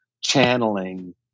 channeling